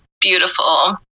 beautiful